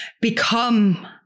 become